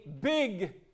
big